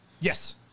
Yes